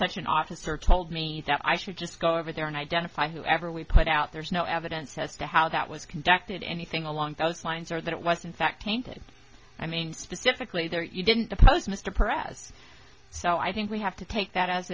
such an officer told me that i should just go over there and identify whoever we put out there's no evidence as to how that was conducted anything along those lines or that it was in fact tainted i mean specifically that you didn't depose mr press so i think we have to take that as